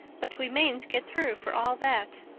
but we mayn't get through for all that.